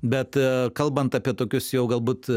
bet kalbant apie tokius jau galbūt